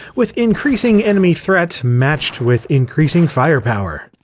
with increasing enemy threat matched with increasing firepower.